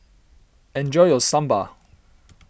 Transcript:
enjoy your Sambar